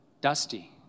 dusty